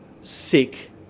sick